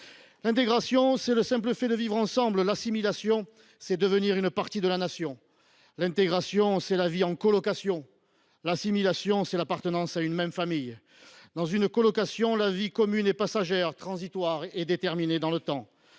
L’intégration, c’est le simple fait de vivre ensemble ; l’assimilation, c’est devenir une partie de la Nation. L’intégration, c’est la vie en colocation ; l’assimilation, c’est l’appartenance à une même famille. Dans une colocation, la vie commune est passagère, transitoire et déterminée dans le temps